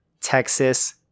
Texas